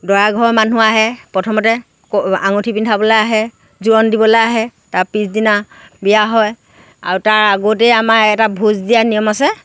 দৰা ঘৰৰ মানুহ আহে প্ৰথমতে আঙঠি পিন্ধাবলৈ আহে জোৰণ দিবলৈ আহে তাৰ পিছদিনা বিয়া হয় আৰু তাৰ আগতেই আমাৰ এটা ভোজ দিয়াৰ নিয়ম আছে